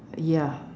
ya